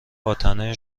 باطعنه